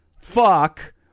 fuck